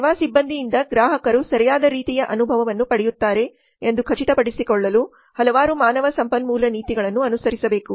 ಸೇವಾ ಸಿಬ್ಬಂದಿಯಿಂದ ಗ್ರಾಹಕರು ಸರಿಯಾದ ರೀತಿಯ ಅನುಭವವನ್ನು ಪಡೆಯುತ್ತಾರೆ ಎಂದು ಖಚಿತಪಡಿಸಿಕೊಳ್ಳಲು ಹಲವಾರು ಮಾನವ ಸಂಪನ್ಮೂಲ ನೀತಿಗಳನ್ನು ಅನುಸರಿಸಬೇಕು